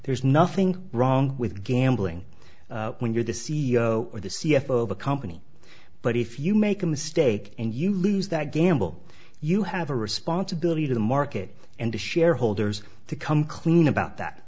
there's nothing wrong with gambling when you're the c e o or the c f o of a company but if you make a mistake and you lose that gamble you have a responsibility to the market and the shareholders to come clean about that